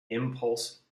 impulse